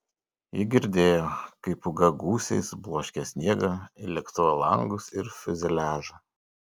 ji girdėjo kaip pūga gūsiais bloškė sniegą į lėktuvo langus ir fiuzeliažą